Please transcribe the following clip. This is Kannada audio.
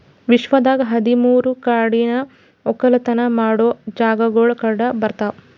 ವಿಶ್ವದಾಗ್ ಹದಿ ಮೂರು ಕಾಡಿನ ಒಕ್ಕಲತನ ಮಾಡೋ ಜಾಗಾಗೊಳ್ ಕಂಡ ಬರ್ತಾವ್